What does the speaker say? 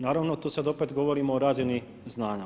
Naravno tu sad opet govorimo o razini znanja.